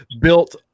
built